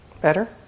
Better